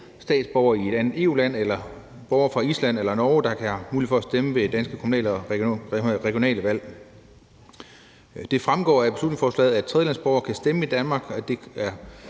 statsborgere fra et andet EU-land eller borgere fra Island eller Norge, der har mulighed for at stemme ved danske kommunal- og regionalvalg. Det fremgår af beslutningsforslaget, at tredjelandsborgere kan stemme i Danmark.